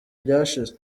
byashize